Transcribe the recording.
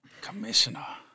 Commissioner